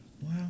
Wow